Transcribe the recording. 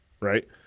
right